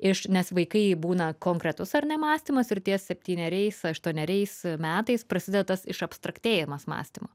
iš nes vaikai būna konkretus ar ne mąstymas ir ties septyneriais aštuoneriais metais prasideda tas išabstraktėjimas mąstymo